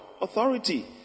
Authority